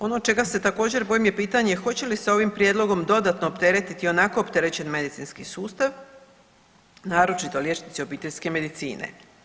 Ono čega se također bojim je pitanje hoće li se ovim prijedlogom dodatno opteretiti i onako opterećen medicinski sustav naročito liječnici obiteljske medicine.